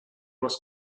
was